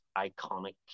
iconic